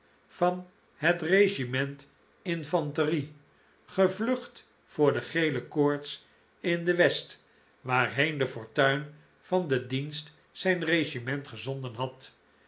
van het regiment infanterie gevlucht voor de gele koorts in de west waarheen de fortuin van den dienst zijn regiment gezonden had